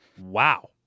Wow